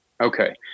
Okay